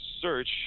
search